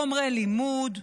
חומרי לימוד.